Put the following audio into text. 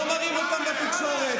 לא מראים אותם בתקשורת.